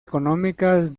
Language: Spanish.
económicas